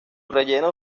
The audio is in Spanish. relleno